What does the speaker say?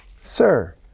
Sir